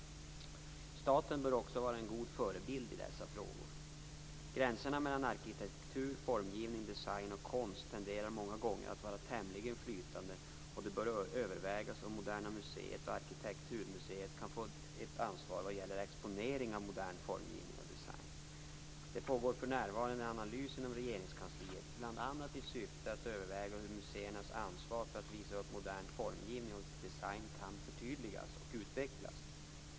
Staten bör också vara en god förebild i dessa frågor. Gränserna mellan arkitektur, formgivning, design och konst tenderar många gånger att vara tämligen flytande, och det bör övervägas om Moderna museet och Arkitekturmuseum kan få ett ansvar vad gäller exponering av modern formgivning och design. Det pågår för närvarande en analys inom Regeringskansliet bl.a. i syfte att överväga hur museernas ansvar för att visa upp modern formgivning och design kan förtydligas och utvecklas.